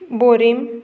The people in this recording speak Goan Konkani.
बोरीं